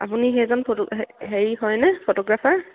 আপুনি সেইজন ফটো হেৰি হয়নে ফটোগ্ৰাফাৰ